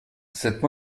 cette